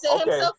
okay